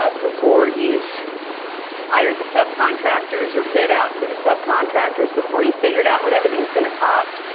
ah before you've hired the subcontractors or bid out for the subcontractors, before you figured out what everything's going to cost.